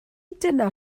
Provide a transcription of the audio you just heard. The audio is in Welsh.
dyna